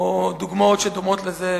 או דוגמאות שדומות לזה,